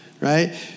Right